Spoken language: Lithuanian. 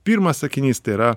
pirmas sakinys tai yra